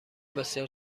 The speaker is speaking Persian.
بسیار